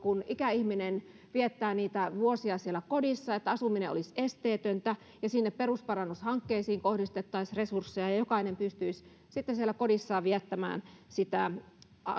että kun ikäihminen viettää vuosia siellä kodissa niin asuminen olisi esteetöntä ja perusparannushankkeisiin kohdistettaisiin resursseja ja jokainen pystyisi sitten siellä kodissaan viettämään